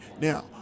Now